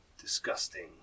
disgusting